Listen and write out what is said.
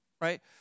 right